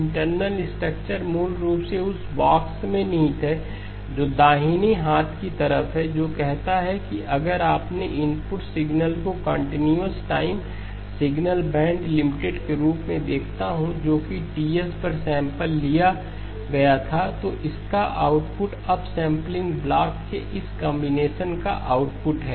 internal structure मूल रूप से उस बॉक्स में निहित है जो दाहिने हाथ की तरफ है जो कहता है कि अगर मैं अपने इनपुट सिग्नल को continuous time signal band limited के रूप में देखता हूं जो कि Ts पर सैंपल लिया गया था ततो इसका आउटपुट अपसेंपलिंग ब्लॉक के इस कंबीनेशन का आउटपुट है